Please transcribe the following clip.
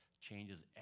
changes